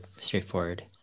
straightforward